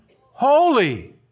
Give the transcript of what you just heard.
holy